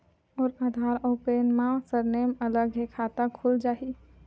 मोर आधार आऊ पैन मा सरनेम अलग हे खाता खुल जहीं?